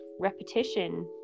repetition